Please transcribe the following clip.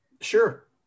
Sure